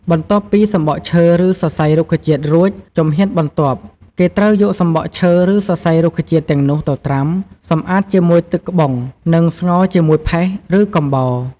បន្ទាប់ពីសំបកឈើ ឬសរសៃរុក្ខជាតិរួច ជំហានបន្ទាប់ គេត្រូវយកសំបកឈើ ឬសរសៃរុក្ខជាតិទាំងនោះទៅត្រាំ សម្អាតជាមួយទឹកក្បុងនិងស្ងោរជាមួយផេះ ឬកំបោរ។